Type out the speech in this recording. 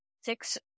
six